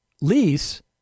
lease